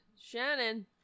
Shannon